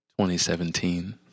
2017